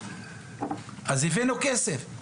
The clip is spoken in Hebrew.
אז הבאנו כסף.